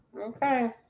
Okay